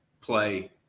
play